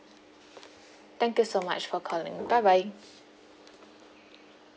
thank you so much for calling bye bye